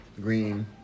Green